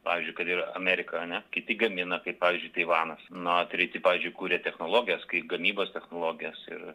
pavyzdžiui kad ir amerika ane kiti gamina kaip pavyzdžiui taivanas nu o treti pavyzdžiui kuria technologijas kaip gamybos technologijas ir